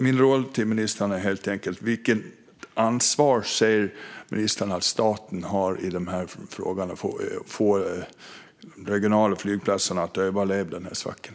Min fråga till ministern är helt enkelt: Vilket ansvar ser ministern att staten har för att få de regionala flygplatserna att överleva den här svackan?